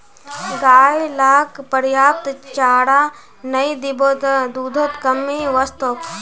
गाय लाक पर्याप्त चारा नइ दीबो त दूधत कमी वस तोक